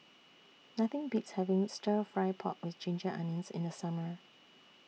Nothing Beats having Stir Fry Pork with Ginger Onions in The Summer